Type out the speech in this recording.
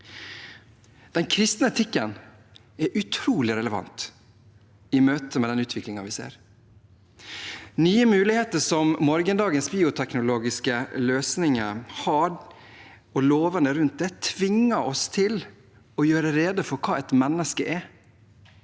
Den kristne etikken er utrolig relevant i møte med den utviklingen vi ser. Nye muligheter som morgendagens bioteknologiske løsninger har, og lovene rundt det, tvinger oss til å gjøre rede for hva et menneske er.